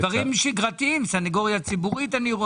אלה דברים שגרתיים: סנגוריה ציבורית.